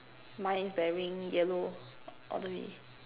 mine is wearing yellow all the way